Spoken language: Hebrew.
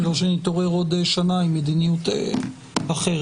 שלא נתעורר עוד שנה עם מדיניות אחרת.